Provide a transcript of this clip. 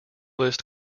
list